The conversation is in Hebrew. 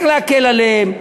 צריך להקל עליהם.